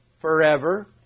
forever